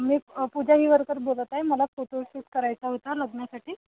मी पूजा हिवरकर बोलत आहे मला फोटोशूट करायचा होता लग्नासाठी